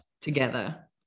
together